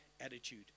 attitude